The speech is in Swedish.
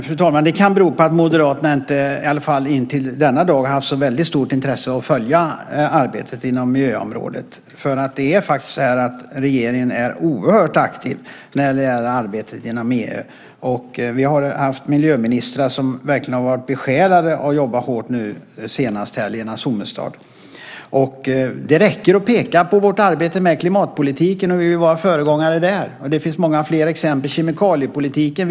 Fru talman! Det kan bero på att Moderaterna till denna dag inte har haft så väldigt stort intresse av att följa arbetet inom miljöområdet. Regeringen är faktiskt oerhört aktiv när det gäller arbetet inom EU. Vi har haft miljöministrar som har varit besjälade att jobba hårt. Senast är det Lena Sommestad. Det räcker med att peka på vårt arbete med klimatpolitiken där vi var föregångare. Det finns fler exempel, som kemikaliepolitiken.